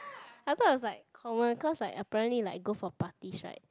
I thought it was like common cause like apparently like go for parties right